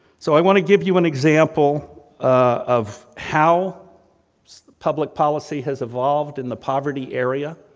so, i want to give you an example of how public policy has evolved in the poverty area,